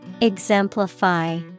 Exemplify